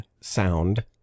sound